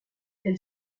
elle